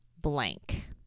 blank